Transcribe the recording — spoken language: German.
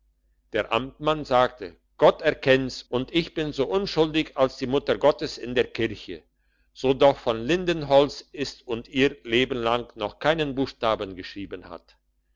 der amtmann sagte gott erkennt's und ich bin so unschuldig als die mutter gottes in der kirche so doch von lindenholz ist und ihr leben lang noch keinen buchstaben geschrieben hat